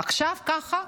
עכשיו ככה?